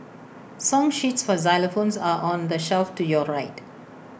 song sheets for xylophones are on the shelf to your right